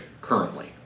currently